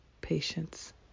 patience